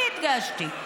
אני הדגשתי: